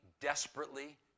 desperately